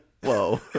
whoa